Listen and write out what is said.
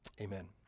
amen